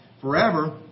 forever